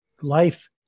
life